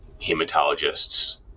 hematologists